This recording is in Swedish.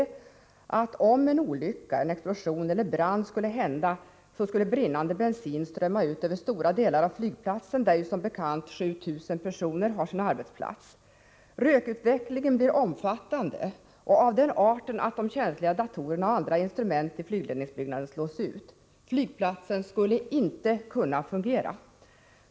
Han uppgav, att om en olycka — en explosion eller en brand — inträffade, skulle brinnande bensin strömma ut över stora delar av flygplatsen, där som bekant 7 000 personer har sin arbetsplats. Rökutvecklingen skulle därvid bli omfattande och av den arten att känsliga datorer och andra instrument i flygledningsbyggnaden slogs ut. Flygplatsen skulle med andra ord inte kunna fungera.